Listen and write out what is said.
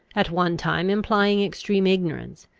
at one time implying extreme ignorance,